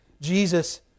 Jesus